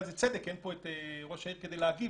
צדק כי אין פה את ראש העיר כדי להגיב,